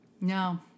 No